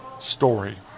story